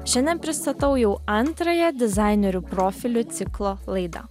šiandien pristatau jau antrąją dizainerių profilių ciklo laidą